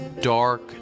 dark